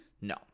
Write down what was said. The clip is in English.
No